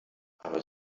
aber